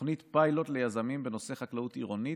תוכנית פיילוט ליזמים בנושא חקלאות עירונית,